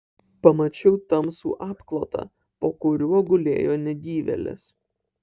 pamačiau tamsų apklotą po kuriuo gulėjo negyvėlis